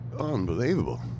unbelievable